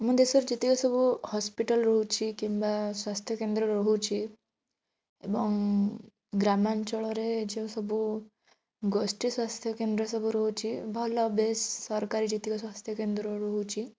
ଆମ ଦେଶରେ ଯେତିକି ସବୁ ହସ୍ପିଟାଲ୍ ରହୁଛି କିମ୍ବା ସ୍ୱାସ୍ଥ୍ୟ କେନ୍ଦ୍ର ରହୁଛି ଏବଂ ଗ୍ରାମାଞ୍ଚଳରେ ଯେଉଁସବୁ ଗୋଷ୍ଠୀ ସ୍ୱାସ୍ଥ୍ୟ କେନ୍ଦ୍ର ସବୁ ରହୁଛି ଭଲ ବେଶ୍ ସରକାରୀ ଯେତିକ ସ୍ୱାସ୍ଥ୍ୟ କେନ୍ଦ୍ର ରହୁଛି